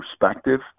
perspective